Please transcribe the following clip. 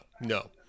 no